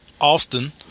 Austin